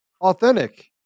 Authentic